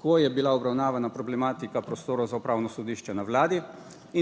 ko je bila obravnavana problematika prostorov za Upravno sodišče na Vladi